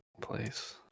place